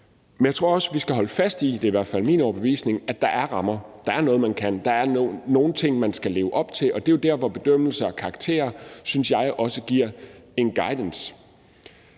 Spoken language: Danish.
Men jeg tror også, vi skal holde fast i – det er i hvert fald min overbevisning – at der er rammer, at der er noget, man kan, at der er nogle ting, man skal leve op til. Og det er jo der, hvor bedømmelse og karakterer, synes jeg, også giver en guidance.